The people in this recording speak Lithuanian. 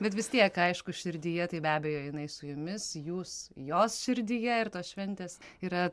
bet vis tiek aišku širdyje tai be abejo jinai su jumis jūs jos širdyje ir tos šventės yra